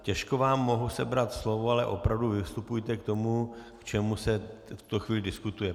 Těžko vám mohu sebrat slovo, ale opravdu vystupujte k tomu, k čemu se v tuto chvíli diskutuje.